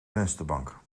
vensterbank